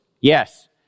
Yes